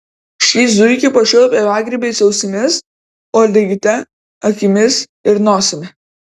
šį zuikį puošiau pievagrybiais ausimis uodegyte akimis ir nosimi